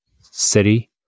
city